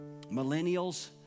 millennials